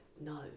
no